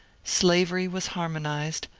slavery was harmonized,